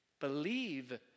believe